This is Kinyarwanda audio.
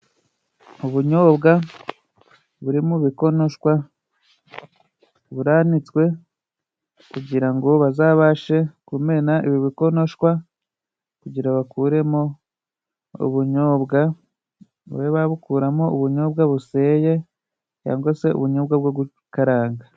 Ubunyobwa buri mu bikonoshwa ,buranitswe kugira ngo bazabashe kumena ibi bikonoshwa, kugira bakuremo ubunyobwa babe babukuramo ubunyobwa buseye ,cangwa se ubunyobwa bwo gukaranga.